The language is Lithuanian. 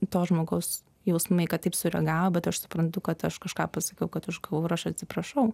to žmogaus jausmai kad taip sureagavo bet aš suprantu kad aš kažką pasakiau kad užgavau ir aš atsiprašau